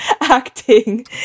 acting